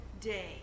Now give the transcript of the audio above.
day